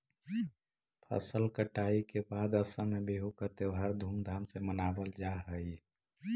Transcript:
फसल कटाई के बाद असम में बिहू का त्योहार धूमधाम से मनावल जा हई